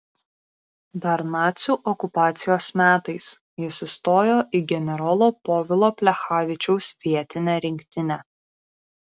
dar nacių okupacijos metais jis įstojo į generolo povilo plechavičiaus vietinę rinktinę